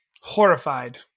Horrified